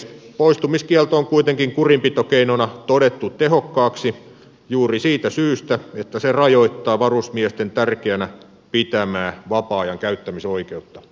poistumiskielto on kuitenkin kurinpitokeinona todettu tehokkaaksi juuri siitä syystä että se rajoittaa varusmiesten tärkeänä pitämää vapaa ajan käyttämisoikeutta